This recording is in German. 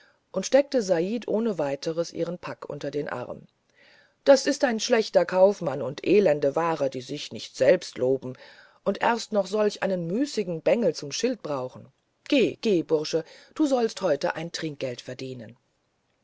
und steckte said ohne weiteres ihren pack unter den arm das ist ein schlechter kaufmann und elende waren die sich nicht selbst loben und erst noch solch einen müßigen bengel zum schild brauchen geh geh bursche du sollst heute ein trinkgeld verdienen